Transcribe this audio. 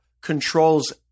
controls